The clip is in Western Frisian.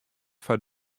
foar